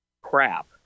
crap